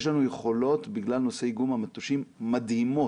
יש לנו יכולות, בגלל נושא איגום המטושים, מדהימות.